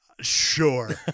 Sure